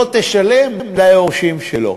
לא תשלם ליורשים שלו?